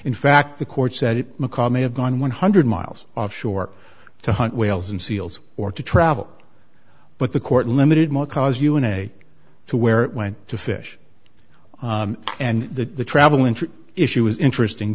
in fact the court said it may have gone one hundred miles offshore to hunt whales and seals or to travel but the court limited more cause you in a way to where it went to fish and the traveling issue is interesting